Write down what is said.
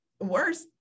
worse